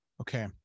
Okay